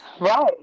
right